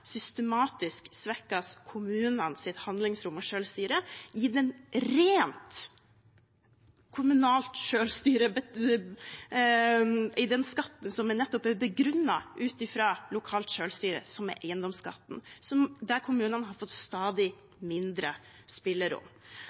handlingsrom og selvstyre gjennom den skatten som nettopp er begrunnet ut fra lokalt selvstyre, eiendomsskatten, der kommunene har fått stadig mindre spillerom.